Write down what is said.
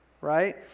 right